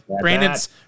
brandon's